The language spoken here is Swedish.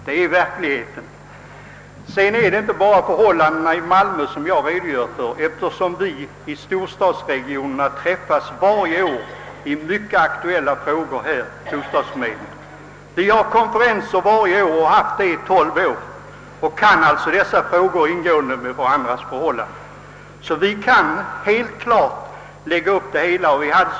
Jag redogör inte bara för förhållandena i Malmö. Vi i storstadsregionerna har årligen under tolv år haft konferenser för att diskutera aktuella frågor om bostadsförmedlingen och vi är alltså väl informerade om varandras förhållanden.